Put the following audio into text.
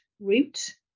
route